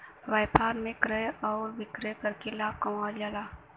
व्यापार में क्रय आउर विक्रय करके लाभ कमावल जाला